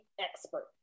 expert